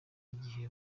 igihe